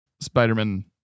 Spider-Man